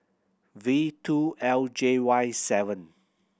V two L J Y seven